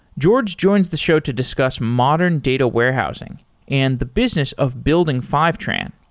george joins the show to discuss modern data warehousing and the business of building fivetran.